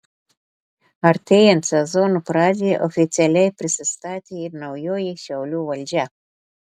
artėjant sezono pradžiai oficialiai prisistatė ir naujoji šiaulių valdžia